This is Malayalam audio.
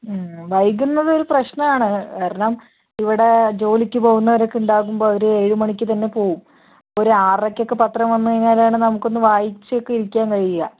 വൈകുന്നത് ഒരു പ്രശ്നമാണ് കാരണം ഇവിടെ ജോലിക്ക് പോകുന്നവരൊക്കെ ഉണ്ടാകുമ്പോൾ അവര് ഏഴ് മണിക്ക് തന്നെ പോവും അപ്പോൾ ഒരു ആറരക്കൊക്കെ പത്രം വന്നു കഴിഞ്ഞാലാണ് നമുക്ക് ഒന്ന് വായിച്ചൊക്കെ ഇരിക്കാൻ കഴിയുക